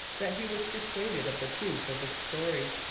that he was persuaded of the truth of the story.